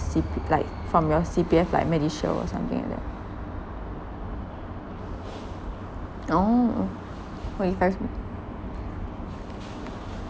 C_P~ like from your C_P_F like MediShield or something like that oh for investment